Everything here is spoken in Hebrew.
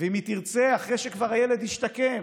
ואם היא תרצה, אחרי שכבר הילד ישתקם